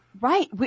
Right